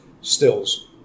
stills